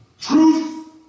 Truth